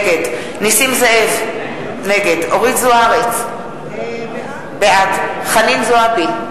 נגד נסים זאב, נגד אורית זוארץ, בעד חנין זועבי,